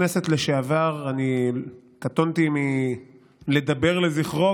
אני קטונתי מלדבר לזכרו,